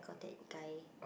call that guy